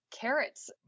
carrots